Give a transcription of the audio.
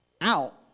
out